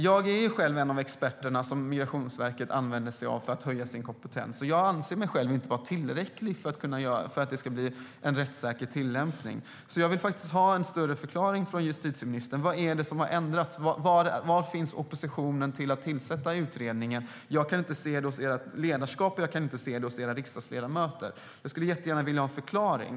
Jag är själv en av de experter som Migrationsverket använder sig av för att höja sin kompetens och anser mig själv inte vara tillräcklig för att det ska bli en rättssäker tillämpning. Jag vill ha en bättre förklaring från justitieministern på vad det är som har ändrats? Var finns oppositionen mot att tillsätta utredningen? Jag kan inte se det hos ert ledarskap, och jag kan inte se det hos era riksdagsledamöter, så jag skulle jättegärna vilja ha en förklaring.